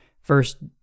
first